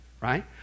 Right